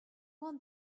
want